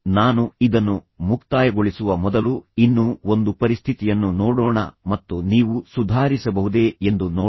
ನಾನು ಇದನ್ನು ಮುಕ್ತಾಯಗೊಳಿಸುವ ಮೊದಲು ಇನ್ನೂ ಒಂದು ಪರಿಸ್ಥಿತಿಯನ್ನು ನೋಡೋಣ ಮತ್ತು ನೀವು ಸುಧಾರಿಸಬಹುದೇ ಎಂದು ನೋಡೋಣ